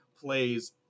plays